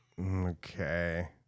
okay